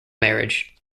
marriage